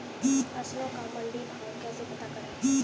फसलों का मंडी भाव कैसे पता करें?